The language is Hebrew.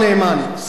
שר המשפטים,